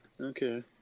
Okay